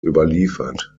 überliefert